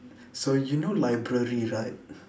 so you know library right